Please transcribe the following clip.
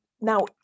now